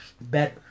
better